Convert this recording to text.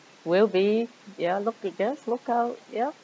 will be ya look yes look out yup